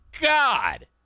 God